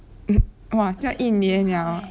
哇要一年了